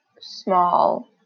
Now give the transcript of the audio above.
small